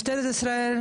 מה זאת אומרת למה?